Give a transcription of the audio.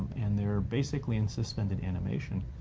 and they're basically in suspended animation.